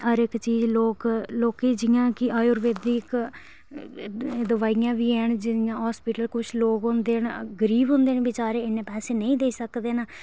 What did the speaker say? हर इक चीज लोक लोकें गी जि'यां कि आयुर्वेदिक दवाइयां बी हैन जि'यां हास्पिटल कुछ लोग होंदे न गरीब होंदे न बचारे इन्ने पैसे नेई देई सकदे न